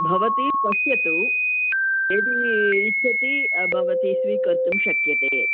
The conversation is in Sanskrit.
भवती पश्यतु यदि इच्छति भवती स्वीकर्तुं शक्यते